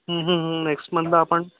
next मंथला आपण